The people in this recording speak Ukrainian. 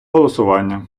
голосування